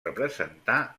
representar